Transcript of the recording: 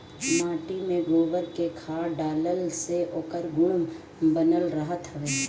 माटी में गोबर के खाद डालला से ओकर गुण बनल रहत हवे